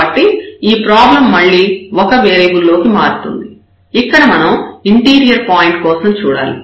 కాబట్టి ఈ ప్రాబ్లం మళ్ళీ ఒక వేరియబుల్ లోకి మారుతుంది ఇక్కడ మనం ఇంటీరియర్ పాయింట్ కోసం చూడాలి